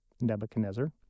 Nebuchadnezzar